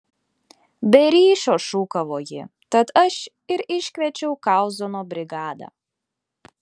be ryšio šūkavo ji tad aš ir iškviečiau kauzono brigadą